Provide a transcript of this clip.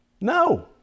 No